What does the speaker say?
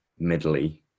middly